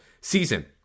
season